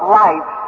life